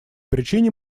причине